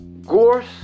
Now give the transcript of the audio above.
gorse